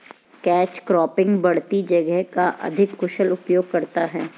catch cropping बढ़ती जगह का अधिक कुशल उपयोग करता है